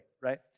right